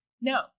No